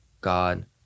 God